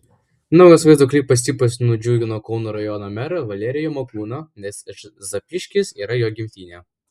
naujas vaizdo klipas ypač nudžiugino kauno rajono merą valerijų makūną nes zapyškis yra jo gimtinė